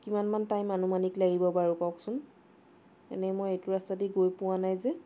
কিমান মান টাইম আনুমানিক লাগিব বাৰু কওকচোন এনেই মই এইটো ৰাস্তাইদি গৈ পোৱা নাই যে